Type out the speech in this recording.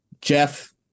Jeff